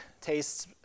tastes